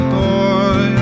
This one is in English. boy